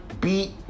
beat